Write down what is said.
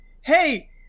hey